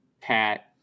Pat